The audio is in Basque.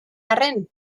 arren